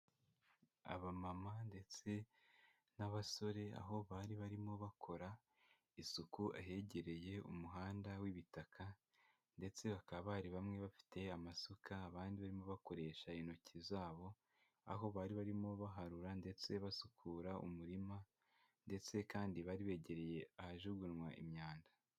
Abamama ndetse n'abasore aho bari barimo bakora isuku ahegereye umuhanda w'ibitaka ndetse bakaba bari bamwe bafite amasuka, abandi barimo bakoresha intoki zabo, aho bari barimo baharura ndetse basukura umurima ndetse kandi bari begereye ahajugunywa imyanda.